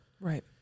Right